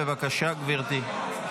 בבקשה, גברתי.